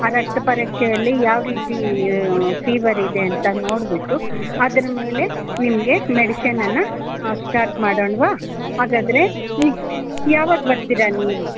ಆ ರಕ್ತ ಪರೀಕ್ಷೆಯಲ್ಲಿ ಯಾವ ರೀತಿ ಫೀವರ್ ಇದೆ ಅಂತ ನೋಡಿಬಿಟ್ಟು ಅದ್ರ್ಮೇಲೆ ನಿಮಗೆ ಮೆಡಿಶನನ್ನು ಸ್ಟಾರ್ಟ್ ಮಾಡೋಣ್ವಾ ಹಾಗಾದರೆ ನಿ ಯಾವಾಗ ಬರ್ತೀರಾ ನೀವು